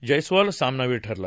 जयस्वाल सामनावीर ठरला